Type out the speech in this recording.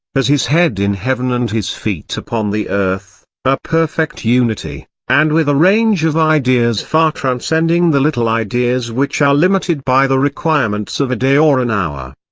has his head in heaven and his feet upon the earth, a perfect unity, and with a range of ideas far transcending the little ideas which are limited by the requirements of a day or an hour.